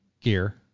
gear